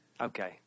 Okay